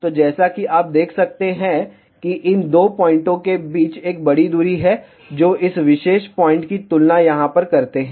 तो जैसा कि आप देख सकते हैं कि इन दो पॉइंटओं के बीच एक बड़ी दूरी है जो इस विशेष पॉइंट की तुलना यहाँ पर करते हैं